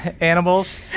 animals